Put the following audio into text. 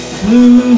blue